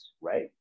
right